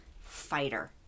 fighter